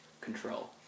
control